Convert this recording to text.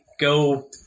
go